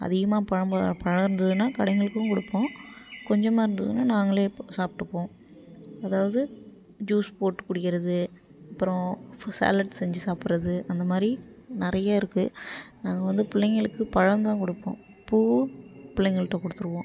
அதிகமாக பழ பழம் இருந்ததுன்னால் கடைகளுக்கும் கொடுப்போம் கொஞ்சமாக இருந்ததுன்னால் நாங்களே சாப்பிட்டுப்போம் அதாவது ஜூஸ் போட்டு குடிக்கிறது அப்புறம் சாலட் செஞ்சு சாப்பிடுறது அந்தமாதிரி நிறைய இருக்குது நாங்கள் வந்து பிள்ளைங்களுக்கு பழந்தான் கொடுப்போம் பூ பிள்ளைங்கள்ட்ட கொடுத்துருவோம்